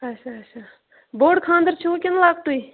آچھا آچھا بوٚڑ خانٛدر چھُوا کِنہٕ لۄکٹٕے